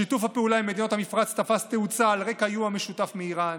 שיתוף הפעולה עם מדינות המפרץ תפס תאוצה על רקע האיום המשותף מאיראן,